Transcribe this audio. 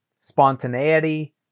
spontaneity